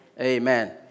Amen